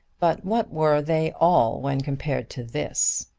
but what were they all when compared to this?